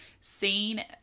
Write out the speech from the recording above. seen